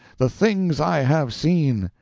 the things i have seen!